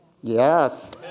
Yes